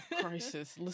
crisis